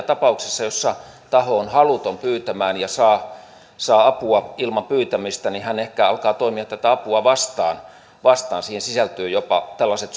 tapauksissa joissa taho on haluton pyytämään ja saa saa apua ilman pyytämistä hän ehkä alkaa toimia tätä apua vastaan siihen sisältyvät jopa tällaiset